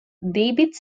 david